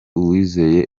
uwizeye